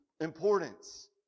importance